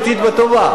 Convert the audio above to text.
מידתית וטובה.